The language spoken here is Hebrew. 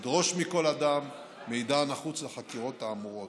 לדרוש מכל אדם מידע הנחוץ לחקירות האמורות,